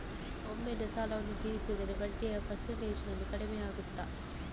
ಒಮ್ಮೆಲೇ ಸಾಲವನ್ನು ತೀರಿಸಿದರೆ ಬಡ್ಡಿಯ ಪರ್ಸೆಂಟೇಜ್ನಲ್ಲಿ ಕಡಿಮೆಯಾಗುತ್ತಾ?